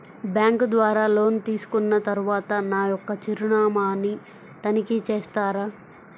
Bank ద్వారా loan తీసుకున్న తరువాత నా యొక్క చిరునామాని తనిఖీ చేస్తారా?